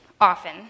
often